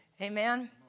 Amen